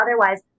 Otherwise